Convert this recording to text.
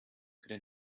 could